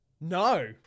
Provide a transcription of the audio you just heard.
No